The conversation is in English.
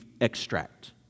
extract